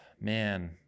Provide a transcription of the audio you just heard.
man